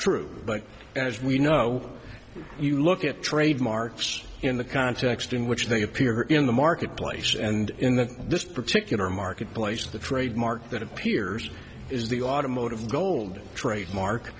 true but as we know you look at trademarks in the context in which they appear in the marketplace and in that this particular marketplace the trademark that appears is the automotive gold trademark